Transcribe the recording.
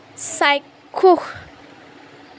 চাক্ষুষ